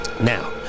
Now